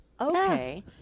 okay